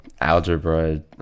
algebra